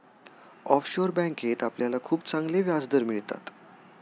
offshore बँकेत आपल्याला खूप चांगले व्याजदर मिळतात